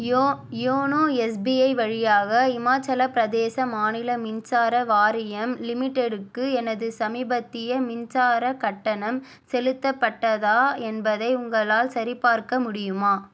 யோ YONO SBI வழியாக இமாச்சலப் பிரதேசம் மாநில மின்சார வாரியம் லிமிட்டெடுக்கு எனது சமீபத்திய மின்சாரக் கட்டணம் செலுத்தப்பட்டதா என்பதை உங்களால் சரிபார்க்க முடியுமா